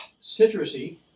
Citrusy